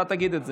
ינמק את ההצעה,